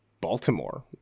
Baltimore